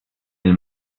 del